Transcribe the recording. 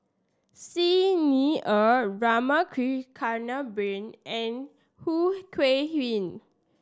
Xi Ni Er Rama Kannabiran and Khoo Kay Hian